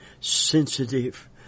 sensitive